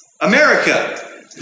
America